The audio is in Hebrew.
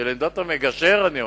של עמדת המגשר, אני אומר.